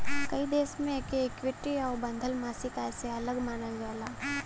कई देश मे एके इक्विटी आउर बंधल मासिक आय से अलग मानल जाला